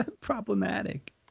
Problematic